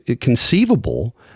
conceivable